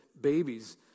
babies